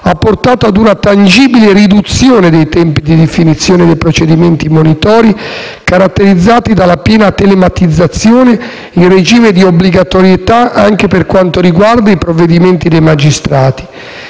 ha portato ad una tangibile riduzione dei tempi di definizione dei procedimenti monitori, caratterizzati dalla piena telematizzazione, in regime di obbligatorietà anche per quanto riguarda i provvedimenti dei magistrati.